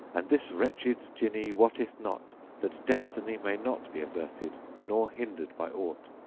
and this wretched jinni wotteth not that des tiny may not be averted nor hindered by aught,